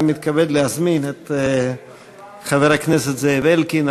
אני מתכבד להזמין את חבר הכנסת זאב אלקין,